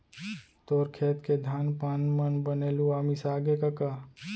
तोर खेत के धान पान मन बने लुवा मिसागे कका?